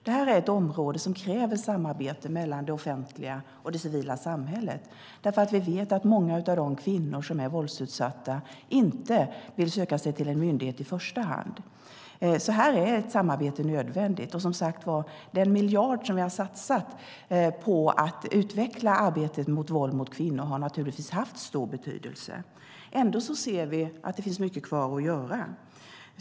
Det här är ett område som kräver samarbete mellan det offentliga och det civila samhället, för vi vet att många av de kvinnor som är våldsutsatta inte vill söka sig till en myndighet i första hand. Här är alltså ett samarbete nödvändigt, och den miljard vi har satsat på att utveckla arbetet mot våld mot kvinnor har naturligtvis haft stor betydelse. Ändå ser vi att det finns mycket kvar att göra.